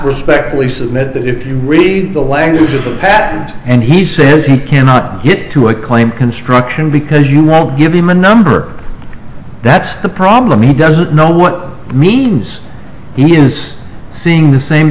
respectfully submit that if you read the language of the patent and he says he cannot get to a claim construction because you won't give him a number that's the problem he doesn't know what it means he is seeing the same